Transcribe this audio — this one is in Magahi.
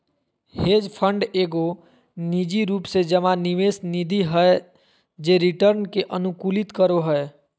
हेज फंड एगो निजी रूप से जमा निवेश निधि हय जे रिटर्न के अनुकूलित करो हय